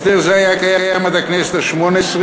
הסדר זה היה קיים עד הכנסת השמונה-עשרה,